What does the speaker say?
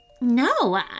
No